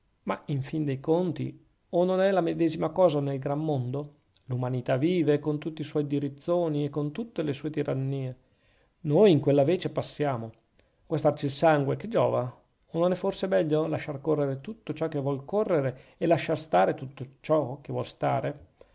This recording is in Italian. ma in fin de conti o non è la medesima cosa nel gran mondo l'umanità vive con tutti i suoi dirizzoni e con tutte le sue tirannie noi in quella vece passiamo guastarci il sangue che giova o non è forse meglio lasciar correre tutto ciò che vuol correre e lasciar stare tutto ciò che vuol stare